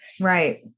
Right